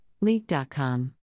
League.com